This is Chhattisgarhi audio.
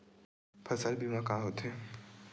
फसल बीमा का होथे?